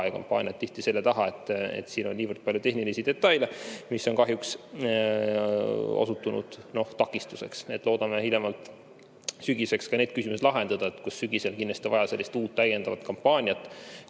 ja kampaaniad on tihti jäänud selle taha, et siin on niivõrd palju tehnilisi detaile, mis on kahjuks osutunud takistuseks. Loodame hiljemalt sügiseks ka need küsimused lahendada. Sügisel kindlasti vaja sellist uut täiendavat kampaaniat,